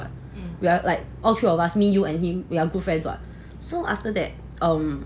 we're like all three of us me you and him we're good friends what so after that um